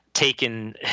taken